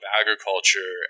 agriculture